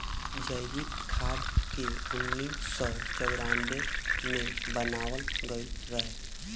जैविक खाद के उन्नीस सौ चौरानवे मे बनावल गईल रहे